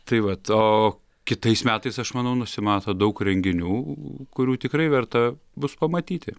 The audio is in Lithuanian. tai vat o kitais metais aš manau nusimato daug renginių kurių tikrai verta bus pamatyti